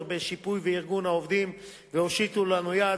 בשיפוי ובארגון העובדים והושיטו לנו יד.